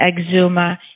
Exuma